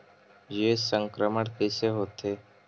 के संक्रमण कइसे होथे?